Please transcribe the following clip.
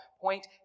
point